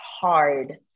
hard